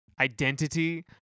identity